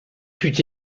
fut